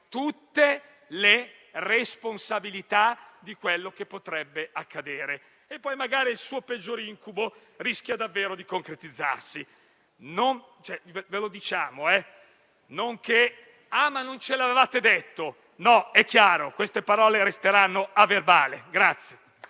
tutte le responsabilità di quello che potrebbe accadere e poi magari il suo peggior incubo rischia davvero di concretizzarsi. Ve lo diciamo, non dite poi che non ve l'avevamo detto, perché chiaramente queste parole resteranno agli atti.